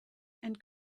and